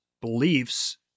beliefs